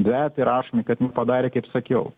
dvejetai rašomi kad nu padarė kaip sakiau